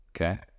Okay